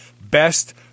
best